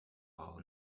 papal